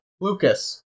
Lucas